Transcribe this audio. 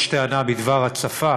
יש טענה בדבר הצפה